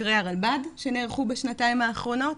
סקרי הרלב"ד שנערכו בשנתיים האחרונות,